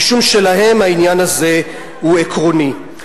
משום שלהם העניין הזה הוא עקרוני.